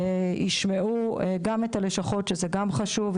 ישמעו גם את הלשכות שזה גם חשוב,